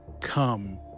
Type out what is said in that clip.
come